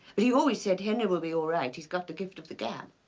but he always said henry will be all right. he's got the gift of the gab.